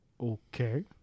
Okay